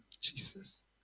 Jesus